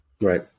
Right